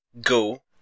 Go